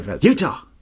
Utah